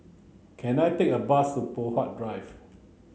can I take a bus to Poh Huat Drive